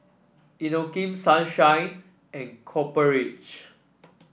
Inokim Sunshine and Copper Ridge